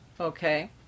Okay